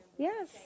Yes